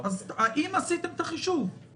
האם עשיתם את החישוב?